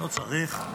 לא צריך.